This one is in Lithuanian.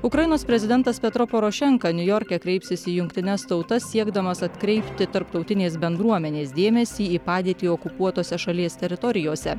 ukrainos prezidentas petro porošenka niujorke kreipsis į jungtines tautas siekdamas atkreipti tarptautinės bendruomenės dėmesį į padėtį okupuotose šalies teritorijose